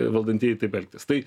valdantieji taip elgtis tai